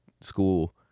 school